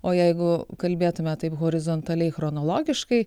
o jeigu kalbėtume taip horizontaliai chronologiškai